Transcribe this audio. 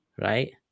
right